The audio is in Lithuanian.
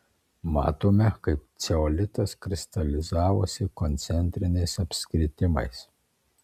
matome kaip ceolitas kristalizavosi koncentriniais apskritimais